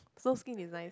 snow skin is nice